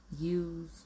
use